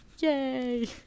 Yay